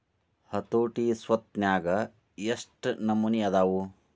ಹತೋಟಿ ಸ್ವತ್ನ್ಯಾಗ ಯೆಷ್ಟ್ ನಮನಿ ಅದಾವು?